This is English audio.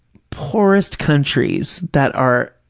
poorest countries that are,